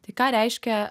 tai ką reiškia